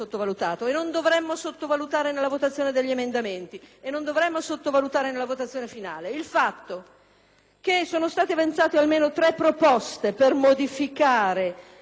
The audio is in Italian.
sono state avanzate almeno tre proposte per modificare l'approccio, il tipo, il senso politico di questo nostro lavoro di rifinanziamento con decreti.